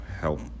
help